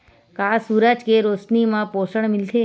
का सूरज के रोशनी म पोषण मिलथे?